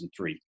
2003